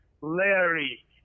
Larry